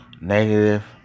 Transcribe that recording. negative